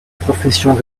professions